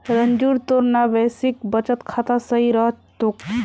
रंजूर तोर ना बेसिक बचत खाता सही रह तोक